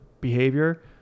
behavior